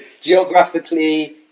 Geographically